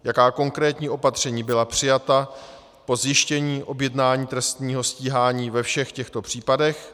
Jaká konkrétní opatření byla přijata po zjištění objednání trestního stíhání ve všech těchto případech.